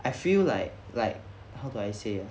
I feel like like how do I say